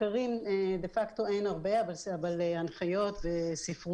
מחקרים דה פקטו אין הרבה אבל קיימת ספרות.